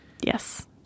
yes